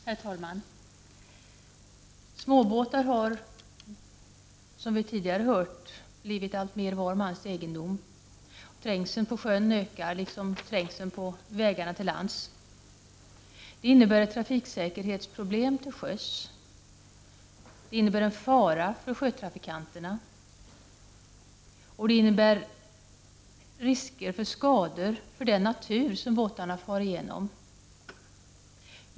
Herr talman! Småbåtar har, som vi tidigare hört, alltmer blivit var mans egendom. Trängseln på sjön ökar liksom trängseln på vägarna till lands. Det innebär ett trafiksäkerhetsproblem till sjöss, en fara för sjötrafikanterna och risk för skador på den natur som båtarna far fram igenom.